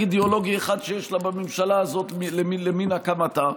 אידיאולוגי אחד שיש לה בממשלה הזאת למן הקמתה.